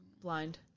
Blind